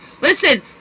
listen